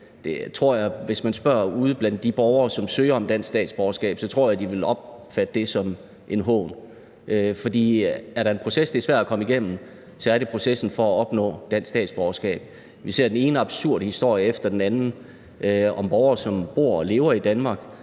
hvis man spørger ude blandt de borgere, som søger om dansk statsborgerskab, vil blive opfattet som en hån. For er der en proces, som det er svært at komme igennem, så er det processen for at opnå dansk statsborgerskab. Vi ser den ene absurde historie efter den anden om borgere, som bor og lever i Danmark,